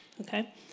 okay